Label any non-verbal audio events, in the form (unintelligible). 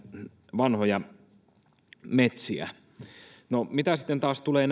vanhoja metsiä no mitä sitten taas tulee (unintelligible)